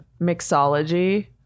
Mixology